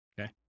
Okay